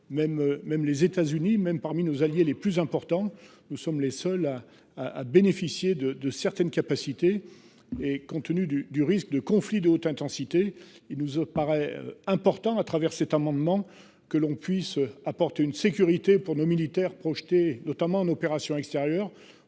même les États-Unis, même parmi nos alliés les plus importants. Nous sommes les seuls. À bénéficier de de certaines capacités et compte tenu du du risque de conflit de haute intensité. Il nous apparaît important à travers cet amendement que l'on puisse apporter une sécurité pour nos militaires projetés notamment en opération extérieure